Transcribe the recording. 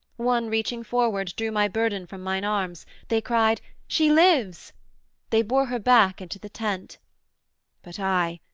one reaching forward drew my burthen from mine arms they cried she lives they bore her back into the tent but i,